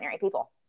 people